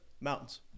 mountains